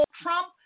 Trump